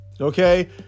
okay